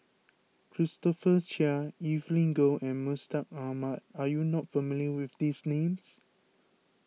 Christopher Chia Evelyn Goh and Mustaq Ahmad are you not familiar with these names